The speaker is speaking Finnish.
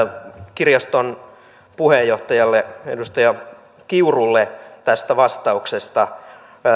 kirjaston puheenjohtajalle edustaja kiurulle tästä vastauksesta